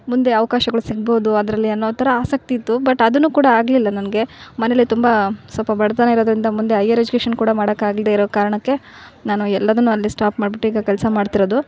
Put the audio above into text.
ಮುಂದೆ ಅವಕಾಶಗಳು ಸಿಗ್ಬೋದು ಅದರಲ್ಲಿ ಅನ್ನೋ ಥರ ಆಸಕ್ತಿ ಇತ್ತು ಬಟ್ ಅದನ್ನು ಕೂಡ ಆಗಲಿಲ್ಲ ನನಗೆ ಮನೆಯಲ್ಲಿ ತುಂಬ ಸ್ವಲ್ಪ ಬಡತನ ಇರೋದರಿಂದ ಮುಂದೆ ಐಯರ್ ಎಜುಕೇಷನ್ ಕೂಡ ಮಾಡೋಕೆ ಆಗಿಲ್ಲದೇ ಇರೋ ಕಾರಣಕ್ಕೆ ನಾನು ಎಲ್ಲದನ್ನು ಅಲ್ಲೇ ಸ್ಟಾಪ್ ಮಾಡಿಬಿಟ್ಟು ಈಗ ಕೆಲಸ ಮಾಡ್ತಿರೋದು